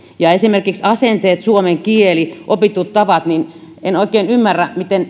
esimerkiksi asenteet suomen kieli opitut tavat en oikein ymmärrä miten